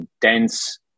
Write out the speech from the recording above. dense